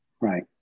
Right